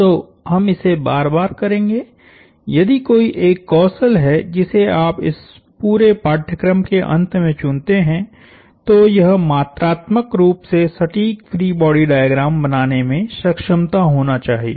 तो हम इसे बार बार करेंगे यदि कोई एक कौशल है जिसे आप इस पूरे पाठ्यक्रम के अंत में चुनते हैं तो यह मात्रात्मक रूप से सटीक फ्री बॉडी डायग्राम बनाने में सक्षमता होना चाहिए